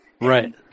Right